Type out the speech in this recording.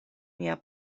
mia